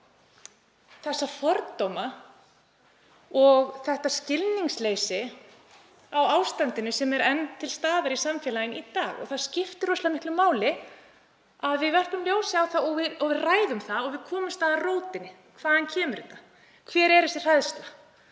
á þá fordóma og það skilningsleysi á ástandinu sem enn er til staðar í samfélaginu í dag. Það skiptir rosalega miklu máli að við vörpum ljósi á það og við ræðum það og komumst að rótinni. Hvaðan kemur þetta? Hver er þessi hræðsla?